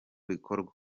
bikorwa